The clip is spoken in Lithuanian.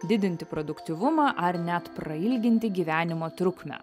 didinti produktyvumą ar net prailginti gyvenimo trukmę